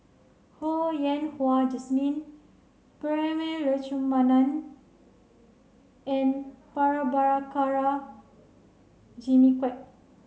Ho Yen Wah Jesmine Prema Letchumanan and Prabhakara Jimmy Quek